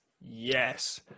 Yes